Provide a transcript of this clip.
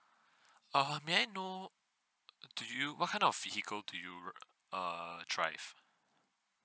err may I know do you what kind of vehicle do you err drive